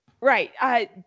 right